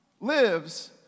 lives